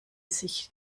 sich